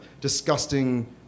disgusting